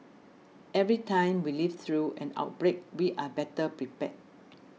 every time we live through an outbreak we are better prepared